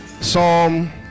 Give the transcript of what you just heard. Psalm